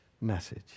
message